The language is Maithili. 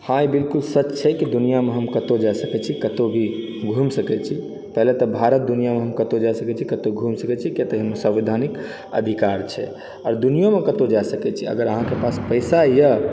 हाँ ई बिलकुल सच छै कि दुनिआँमे हम कतौ जा सकै छी कतौ भी घुमि सकै छी पहिने तऽ भारत दुनिआँमे हम कतौ जा सकै छी कतौ घुमि सकै छी किया तऽ ई संवैधानिक अधिकार छै आओर दुनिओमे कतौ जा सकै छी अगर अहाँके पैसा यऽ